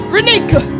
Renika